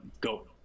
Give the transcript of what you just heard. go